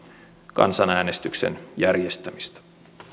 kansanäänestyksen järjestämistä